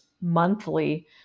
monthly